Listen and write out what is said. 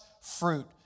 fruit